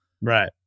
Right